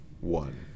one